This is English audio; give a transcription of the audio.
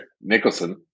Nicholson